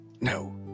no